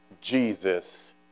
Jesus